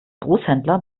großhändler